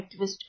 activist